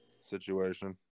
situation